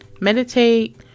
meditate